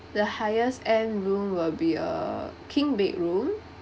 the highest end room will be a king bedroom